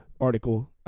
article